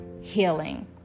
healing